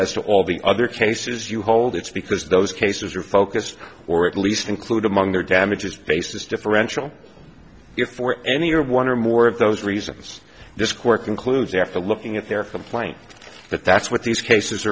to all the other cases you hold it's because those cases are focused or at least include among their damages basis differential if for any year one or more of those reasons this quirk concludes after looking at their complaint that that's what these cases